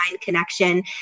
connection